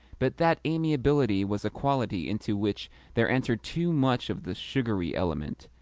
but that amiability was a quality into which there entered too much of the sugary element,